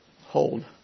hold